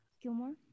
Gilmore